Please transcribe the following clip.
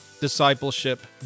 discipleship